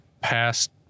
passed